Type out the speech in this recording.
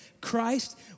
Christ